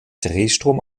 drehstrom